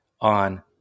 on